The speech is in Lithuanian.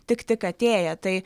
tik tik atėję tai